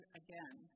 again